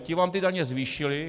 Ti vám ty daně zvýšili.